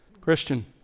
Christian